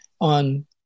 on